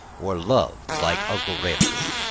or loved like uncle remus.